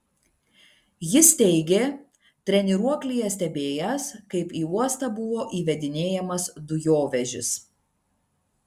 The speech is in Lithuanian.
jis teigė treniruoklyje stebėjęs kaip į uostą buvo įvedinėjamas dujovežis